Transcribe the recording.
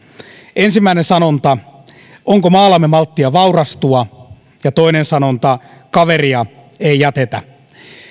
ensimmäinen sanonta onko maallamme malttia vaurastua ja toinen sanonta kaveria ei jätetä